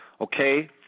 Okay